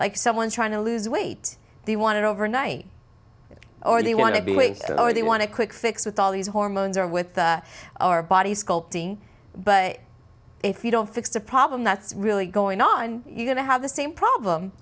like someone trying to lose weight they wanted overnight or they want to be wasted or they want a quick fix with all these hormones or with our body sculpting but if you don't fix a problem that's really going on you're going to have the same problem